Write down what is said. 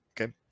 Okay